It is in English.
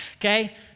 Okay